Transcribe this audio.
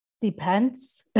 Depends